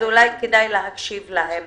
אז אולי כדאי להקשיב להם.